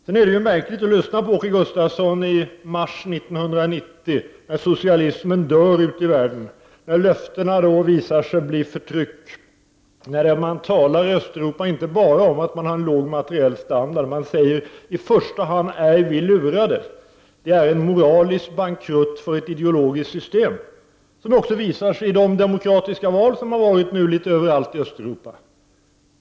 Vidare är det märkligt att lyssna på Åke Gustavsson i mars 1990 då socialismen dör ute i världen, då löftena visat sig bli förtryck och då man i Östeuropa talar om inte bara att man har en låg materiell standard utan där man säger: I första hand är vi lurade. Det är en moralisk bankrutt för ett ideologiskt system, vilket också visar sig i de demokratiska val som genomförts litet överallt i Östeuropa.